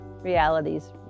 realities